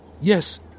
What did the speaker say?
Yes